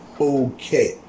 okay